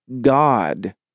God